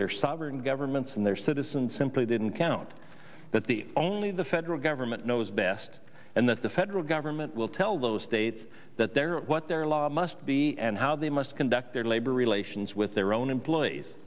their sovereign governments and their citizens simply didn't count that the only the federal government knows best and that the federal government will tell those states that their what their law must be and how they must conduct their labor relations with their own employees